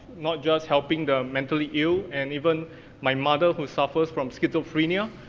not just helping the mentally ill, and even my mother, who suffers from schizophrenia,